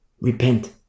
Repent